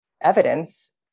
evidence